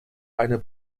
eine